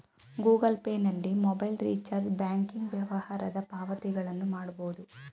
Google Pay ನಲ್ಲಿ mobile recharge, banking ವ್ಯವಹಾರದ ಪಾವತಿಗಳನ್ನು ಮಾಡಬೋದು